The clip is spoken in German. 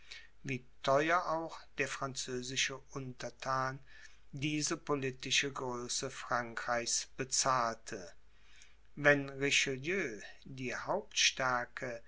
wie theuer auch der französische unterthan diese politische größe frankreichs bezahlte wenn richelieu die